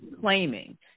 claiming